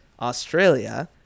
Australia